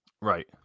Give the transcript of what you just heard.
Right